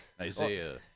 Isaiah